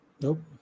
Nope